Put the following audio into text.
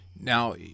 Now